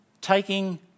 taking